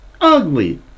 Ugly